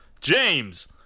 James